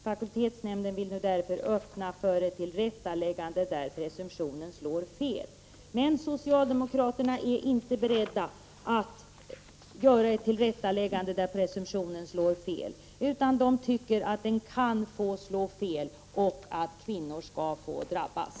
Fakultetsnämnden vill nu därför öppna för ett tillrättaläggande där presumtionen slår fel. Men socialdemokraterna är inte beredda att göra ett tillrättaläggande där presumtionen slår fel, utan de tycker att den kan få slå fel och att kvinnor skall få drabbas.